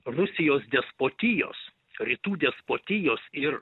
rusijos despotijos rytų despotijos ir